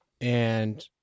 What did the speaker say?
and-